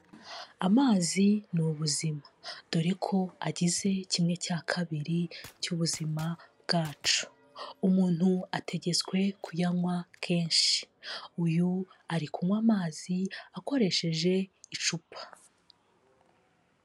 Amazi ni ubuzima dore ko agize kimwe cya kabiri cy'ubuzima bwacu, umuntu ategetswe kuyanywa kenshi, uyu ari kunywa amazi akoresheje icupa.